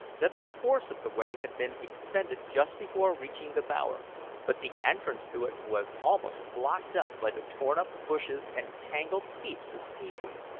that the force of the wave had been expended just before reaching the bower but the entrance to it was almost blocked up by the torn-up bushes and tangled heaps of seaweed.